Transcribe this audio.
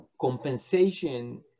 compensation